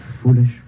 Foolish